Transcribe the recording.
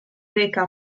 reca